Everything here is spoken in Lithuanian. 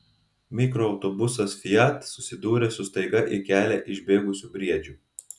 mikroautobusas fiat susidūrė su staiga į kelią išbėgusiu briedžiu